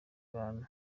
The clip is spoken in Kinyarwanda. bantu